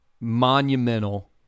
monumental